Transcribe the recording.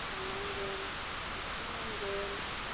बोखांनांगोन दैखांनांगोन